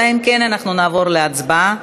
אם כן, רבותי, אנחנו נעבור להצבעה.